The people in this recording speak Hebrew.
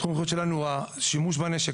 תחום המומחיות שלנו הוא השימוש בנשק,